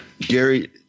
Gary